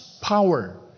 power